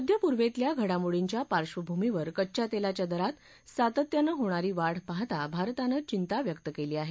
मध्यपूर्वेतल्या घडामोर्डीच्या पार्बभूमीवर कच्च्या तेलाच्या दरात सातत्यानं होणारी वाढ पाहता भारतानं चिंता व्यक्त केली आहे